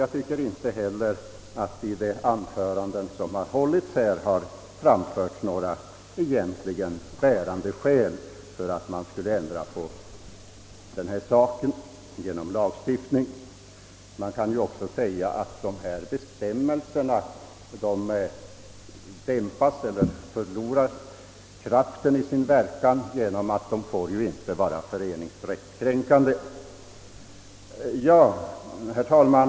Jag tycker inte heller att det i de anföranden, som hållits under denna debatt, har framförts några bärande skäl för att lagstiftningsvägen ändra den nuvarande ordningen. Det kan också anföras att dessa bestämmelser förlorar effektiviteten i detta avseende genom att åtgärderna inte får vara föreningsrättskränkande. Herr talman!